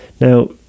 Now